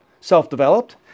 self-developed